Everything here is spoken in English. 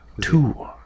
Two